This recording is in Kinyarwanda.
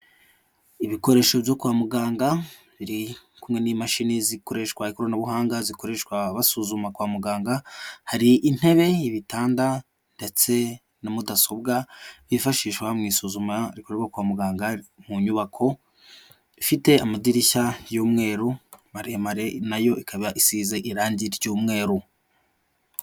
Ibikoresho byo kwa muganga biri kumwe n'imashini zikoreshwa ikoranabuhanga, zikoreshwa basuzuma kwa muganga, hari intebe, ibitanda ndetse na mudasobwa yifashishwa mu isuzuma rikorerwa kwa muganga, mu nyubako ifite amadirishya y'umweru maremare na yo ikaba isize irangi ry'umweru.